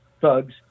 thugs